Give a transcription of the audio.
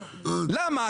למה?